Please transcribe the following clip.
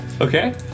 Okay